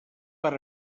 per